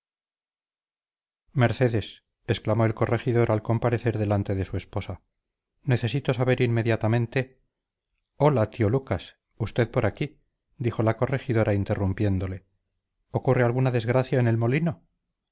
mercedes exclamó el corregidor al comparecer delante de su esposa hola tío lucas usted por aquí díjole la corregidora interrumpiéndole ocurre alguna desgracia en el molino